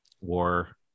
war